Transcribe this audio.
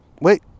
Wait